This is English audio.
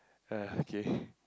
uh okay